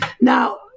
Now